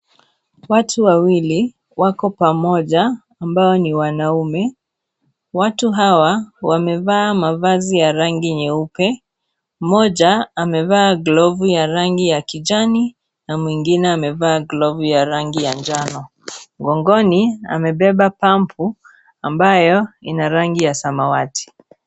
Watu wawili wako pamoja, ambao ni wanaume. Watu hawa wamevaa mavazi ya rangi nyeupe. Moja amevaa glovu ya rangi ya kijani na mwingine amevaa glove ya rangi ya njano. Mgongoni amebeba pumpu ambayo ina rangi ya samawati.